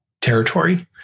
territory